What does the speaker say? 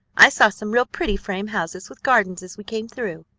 i saw some real pretty frame houses with gardens as we came through.